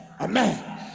Amen